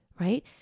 right